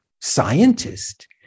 scientist